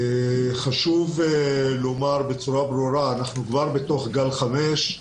חשוב לומר בצורה ברורה שאנחנו כבר בתוך גל חמש.